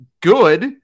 good